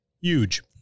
Huge